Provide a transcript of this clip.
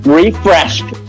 refreshed